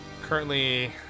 currently